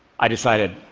i decided,